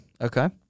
Okay